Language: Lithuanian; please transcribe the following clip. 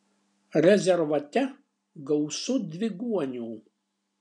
rezervate gausu dviguonių